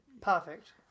Perfect